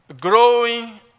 growing